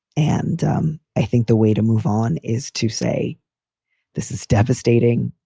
and i think the way to move on is to say this is devastating.